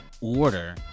order